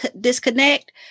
disconnect